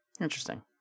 Interesting